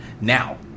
Now